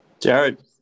Jared